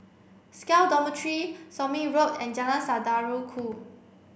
SCAL Dormitory Somme Road and Jalan Saudara Ku